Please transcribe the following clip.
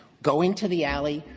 go into the alley.